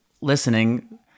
listening